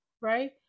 right